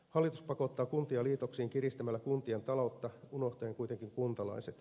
hallitus pakottaa kuntia liitoksiin kiristämällä kuntien taloutta unohtaen kuitenkin kuntalaiset